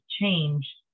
Change